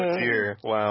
wow